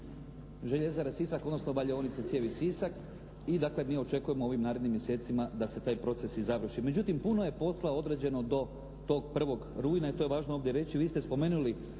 željezare "Sisak" odnosno valjaonice cijevi "Sisak" i dakle mi očekujemo ovim narednim mjesecima da se taj proces i završi. Međutim puno je posla određeno do tog 1. rujna i to je važno ovdje reći. Vi ste spomenuli